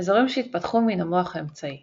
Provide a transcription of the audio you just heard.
אזורים שהתפתחו מן המוח האמצעי